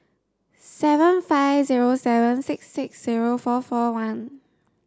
seven five zero seven six six zero four four one